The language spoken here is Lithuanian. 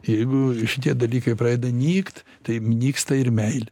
jeigu šitie dalykai pradeda nykt tai nyksta ir meilė